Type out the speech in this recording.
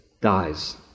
dies